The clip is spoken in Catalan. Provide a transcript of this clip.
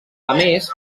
més